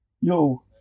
Yo